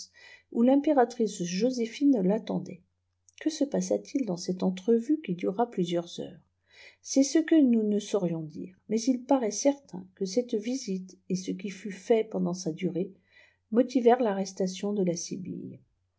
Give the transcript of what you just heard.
où timpératrice joséphine tattendait qise passa-t-il dans cette entrevue qui dura plusieurs heures c'est ce que nous ne saurions dire mais il paraît certain que cette visite et ce qui fut fait pendant sa durée motivèrent tarrestation de